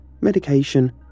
medication